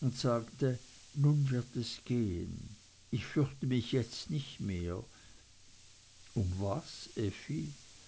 und sagte nun wird es gehen ich fürchte mich jetzt nicht mehr um was effi